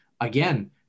again